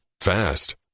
fast